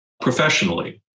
professionally